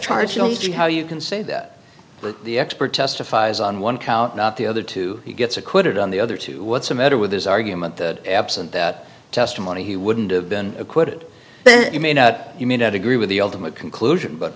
charge you how you can say that but the expert testifies on one count not the other two he gets acquitted on the other two what's the matter with his argument that absent that testimony he wouldn't have been acquitted but you may note you may not agree with the ultimate conclusion but